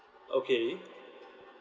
okay